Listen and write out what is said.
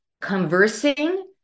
conversing